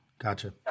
Gotcha